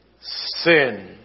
sin